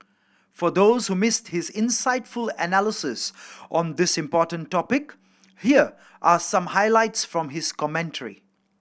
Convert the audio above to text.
for those who missed his insightful analysis on this important topic here are some highlights from his commentary